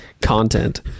content